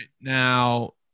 Now